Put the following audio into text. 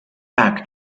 back